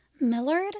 Millard